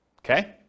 Okay